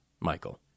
Michael